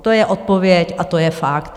To je odpověď a to je fakt.